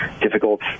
difficult